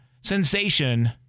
sensation